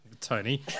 Tony